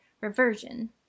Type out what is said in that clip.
reversion